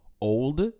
old